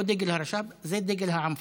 לא דגל הרש"פ, זה דגל העם הפלסטיני.